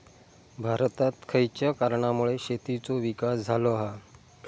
भारतात खयच्या कारणांमुळे शेतीचो विकास झालो हा?